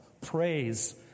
praise